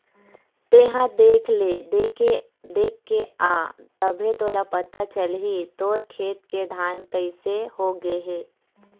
तेंहा देख ले देखके आ तभे तोला पता चलही तोर खेत के धान कइसे हो गे हे